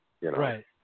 Right